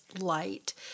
light